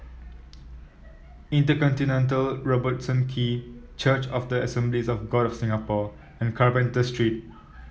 InterContinental Robertson Quay Church of the Assemblies of God of Singapore and Carpenter Street